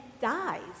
dies